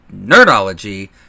nerdology